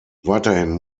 weiterhin